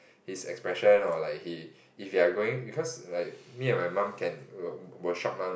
his expression or like he if you are going because like me and my mum can will will shop mah